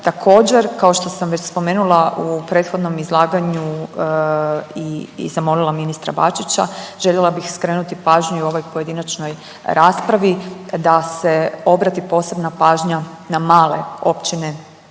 Također, kao što sam već spomenula u prethodnom izlaganju i zamolila ministra Bačića željela bih skrenuti pažnju u ovoj pojedinačnoj raspravi da se obrati posebna pažnja na male općine